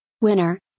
Winner